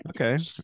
okay